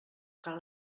cal